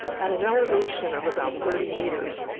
at an elevation of about thirty meters,